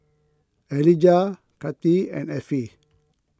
Elijah Cathi and Effie